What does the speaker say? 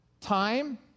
time